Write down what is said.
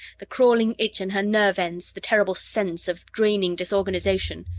the crawling itch in her nerve ends, the terrible sense of draining disorganization.